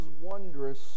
wondrous